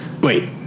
Wait